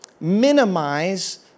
minimize